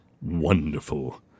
Wonderful